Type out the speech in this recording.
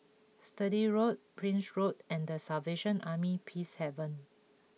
Sturdee Road Prince Road and the Salvation Army Peacehaven